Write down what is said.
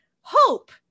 Hope